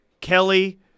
Kelly